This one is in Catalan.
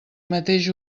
mateix